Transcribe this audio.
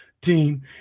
team